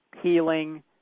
healing